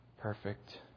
perfect